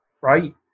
right